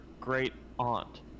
great-aunt